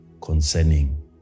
concerning